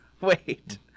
Wait